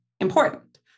important